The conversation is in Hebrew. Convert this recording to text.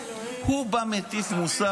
הייתה פעם אחת,